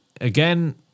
Again